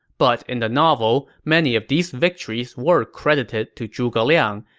but in the novel, many of these victories were credited to zhuge liang,